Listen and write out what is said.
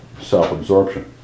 self-absorption